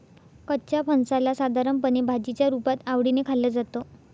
कच्च्या फणसाला साधारणपणे भाजीच्या रुपात आवडीने खाल्लं जातं